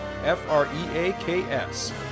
F-R-E-A-K-S